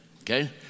Okay